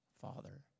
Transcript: Father